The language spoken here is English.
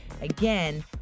again